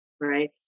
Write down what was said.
right